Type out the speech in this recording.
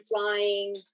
flying